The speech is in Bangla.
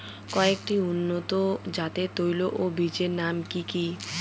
কয়েকটি উন্নত জাতের তৈল ও বীজের নাম কি কি?